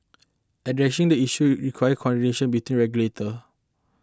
addressing these issues requires coordination between regulators